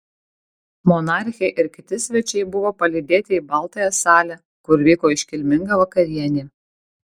monarchė ir kiti svečiai buvo palydėti į baltąją salę kur vyko iškilminga vakarienė